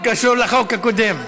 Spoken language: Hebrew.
קשור לחוק הקודם.